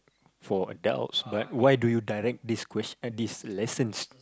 for adults but why do you direct this question this lessons